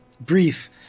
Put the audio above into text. brief